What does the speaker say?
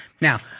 Now